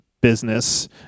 business